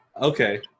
Okay